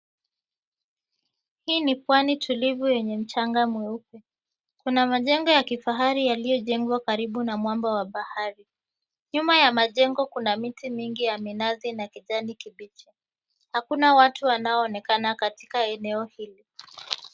Hii ni pwani tulivu yenye mchanga mweupe. Kuna majengo ya kifahari yaliojengewa karibu na mwamba wa bahari. Nyuma ya majengo kuna miti mingi ya minazi na kijani kibichi. Hakuna watu wanao onekana katika eneo hili.